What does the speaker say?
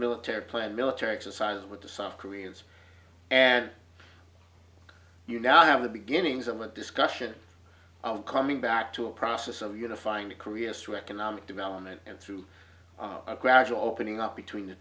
military plan military exercises with the south koreans and you now have the beginnings of a discussion of coming back to a process of unifying the koreas to economic development and through a gradual opening up between the